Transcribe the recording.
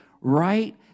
right